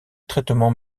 traitement